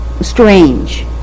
strange